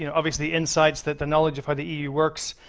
you know obviously insights that the knowledge of how the eu works.